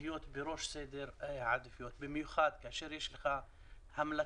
להיות בראש סדר העדיפויות, במיוחד כאשר יש המלצות.